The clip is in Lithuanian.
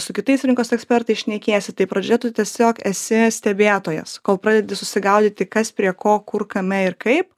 su kitais rinkos ekspertais šnekiesi tai pradžioj tiesiog esi stebėtojas kol pradedi susigaudyti kas prie ko kur kame ir kaip